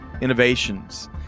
innovations